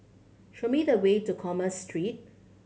show me the way to Commerce Street